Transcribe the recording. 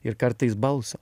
ir kartais balso